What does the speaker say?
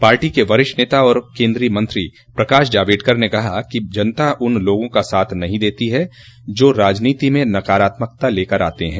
party के वरिष्ठ नेता और केन्द्रीय मंत्रो प्रकाश जावेडकर ने कहा कि जनता उन लागों का साथ नहीं देती जो राजनीति में नकारात्मकता लेकर आते हैं